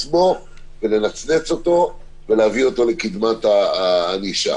בו ולנצנץ אותו ולהביא אותו לקדמת הענישה.